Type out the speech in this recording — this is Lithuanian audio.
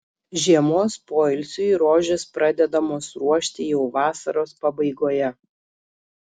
žiemos poilsiui rožės pradedamos ruošti jau vasaros pabaigoje